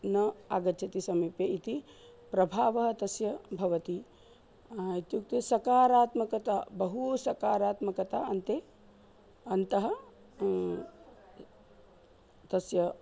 न आगच्छति समीपे इति प्रभावः तस्य भवति इत्युक्ते सकारात्मकता बहु सकारात्मकता अन्ते अन्तः तस्य